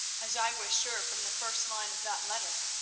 as i was sure from the first line of that letter.